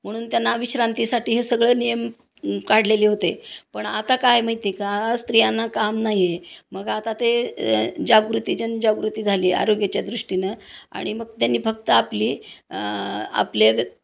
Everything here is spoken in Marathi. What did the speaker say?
म्हणून त्यांना विश्रांतीसाठी हे सगळं नियम काढलेले होते पण आता काय माहिती आहे का स्त्रियांना काम नाही आहे मग आता ते जागृती जनजागृती झाली आरोग्याच्या दृष्टीनं आणि मग त्यांनी फक्त आपली आपले